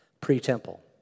pre-temple